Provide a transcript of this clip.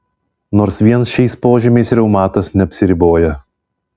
nors vien šiais požymiais reumatas neapsiriboja